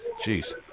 Jeez